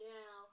now